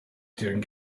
during